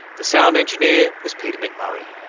the sound engineer was peter mcmurray.